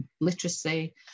literacy